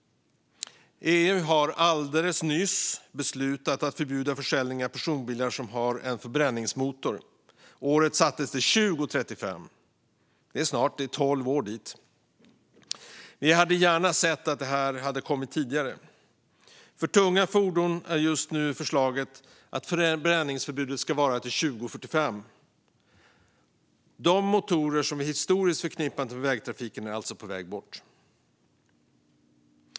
EU har alldeles nyss beslutat att förbjuda försäljning av personbilar som har en förbränningsmotor. Året sattes till 2035. Det är snart; det är 12 år dit. Vi hade gärna sett att det kommit tidigare. För tunga fordon är just nu förslaget ett förbränningsmotorförbud 2045. De motorer som vi historiskt förknippat med vägtrafiken är alltså på väg bort.